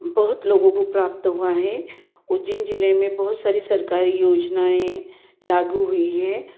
बहुत लोगों को प्राप्त हुआ है उज्जैन जिले में बहुत सारी सरकारी योजनाएँ लागू हुई हैं